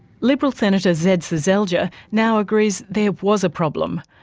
liberal senator zed seselja now agrees there was a problem,